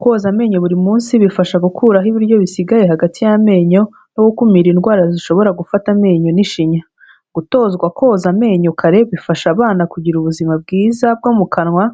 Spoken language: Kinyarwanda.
Koza amenyo buri munsi bifasha gukuraho ibiryo bisigaye hagati y'amenyo, no gukumira indwara zishobora gufata amenyo n'ishinya, gutozwa koza amenyo kare bifasha abana kugira ubuzima bwiza bwo mu kanwa,